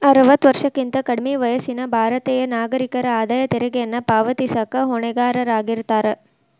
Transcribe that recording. ಅರವತ್ತ ವರ್ಷಕ್ಕಿಂತ ಕಡ್ಮಿ ವಯಸ್ಸಿನ ಭಾರತೇಯ ನಾಗರಿಕರ ಆದಾಯ ತೆರಿಗೆಯನ್ನ ಪಾವತಿಸಕ ಹೊಣೆಗಾರರಾಗಿರ್ತಾರ